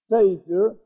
Savior